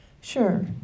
sure